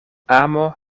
amo